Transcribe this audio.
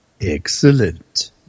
Excellent